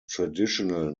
traditional